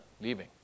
leaving